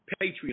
Patreon